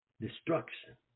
Destruction